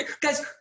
Guys